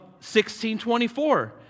1624